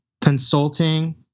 consulting